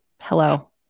Hello